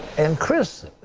and, chris,